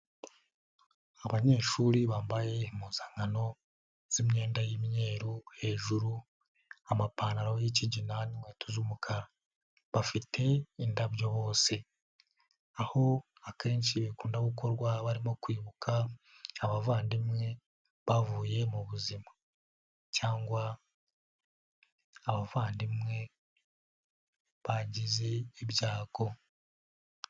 Abanyeshuri bambaye impuzankano z'imyenda y'umweru hejuru, amapantaro y'ikigina n'inkweto z'umukara, bafite indabyo bose aho akenshi bikunda gukorwa barimo kwibuka abavandimwe bavuye mu buzima cyangwa abavandimwe bagize ibyago.